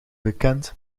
bekend